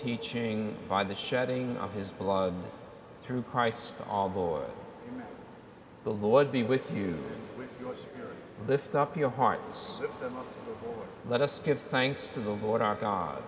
teaching by the shedding of his blood through christ all boy the lord be with you lift up your hearts let us give thanks to the lord our god